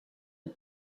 het